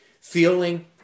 feeling